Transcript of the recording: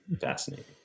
fascinating